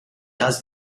does